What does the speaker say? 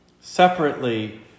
separately